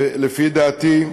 לפי דעתי,